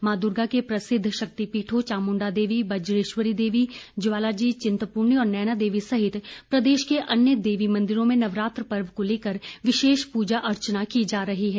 मां दुर्गा के प्रसिद्ध शक्तिपीठों चामुंडा देवी बजेश्वरी देवी ज्वाला जी चिंतपूर्णी और नयना देवी सहित प्रदेश के अन्य देवी मंदिरों में नवरात्र पर्व को लेकर विशेष पूजा अर्चना की जा रही है